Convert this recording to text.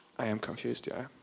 i am confused yeah.